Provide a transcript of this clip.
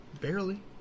Barely